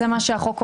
זה מה שהחוק אומר.